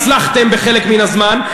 הצלחתם בחלק מן הזמן,